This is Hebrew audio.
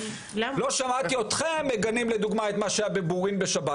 לא שמעתי אתכם מגנים את מה שהיה בבורים בשבת,